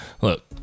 Look